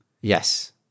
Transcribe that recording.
Yes